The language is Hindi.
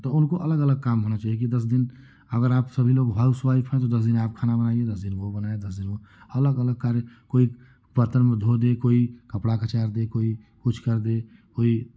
तो उनको अलग अलग काम होना चाहिए कि दस दिन अगर आप सभी लोग हाउसवाइफ हैं तो दस दिन आप खाना बनाइए दस दिन वो बनाए दस दिन वो अलग अलग कार्य कोई बर्तन धो दे कोई कपड़ा कचार दे कोई कुछ कर दे कोई